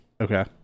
Okay